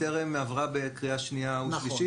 היא טרם עברה בקריאה שנייה ושלישית.